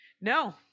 No